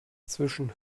zwischen